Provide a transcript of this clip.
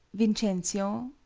vincentio.